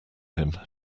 him